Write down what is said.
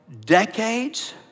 decades